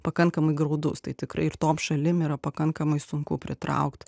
pakankamai graudus tai tikrai ir tom šalim yra pakankamai sunku pritraukt